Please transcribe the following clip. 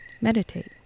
Meditate